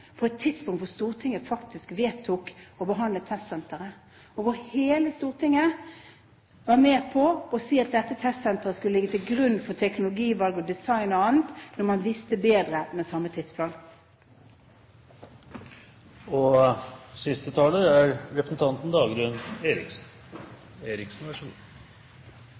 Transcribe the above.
på et tidspunkt hvor Stortinget faktisk vedtok å behandle testsenteret, og hvor hele Stortinget var med på å si at dette testsenteret skulle legges til grunn for teknologivalg, design og annet, når man med samme tidsplan visste bedre. La meg først begynne med å si at jeg er